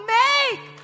make